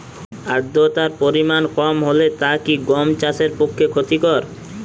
আর্দতার পরিমাণ কম হলে তা কি গম চাষের পক্ষে ক্ষতিকর?